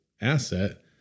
asset